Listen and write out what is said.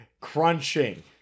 crunching